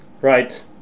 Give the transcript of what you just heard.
Right